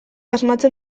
asmatzen